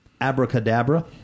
Abracadabra